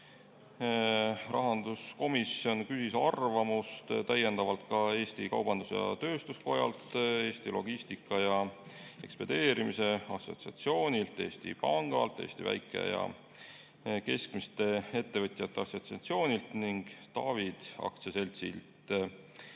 Rahanduskomisjon küsis arvamust täiendavalt ka Eesti Kaubandus-Tööstuskojalt, Eesti Logistika ja Ekspedeerimise Assotsiatsioonilt, Eesti Pangalt, Eesti Väike‑ ja Keskmiste Ettevõtjate Assotsiatsioonilt ning Tavid AS‑ilt.